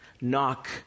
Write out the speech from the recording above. knock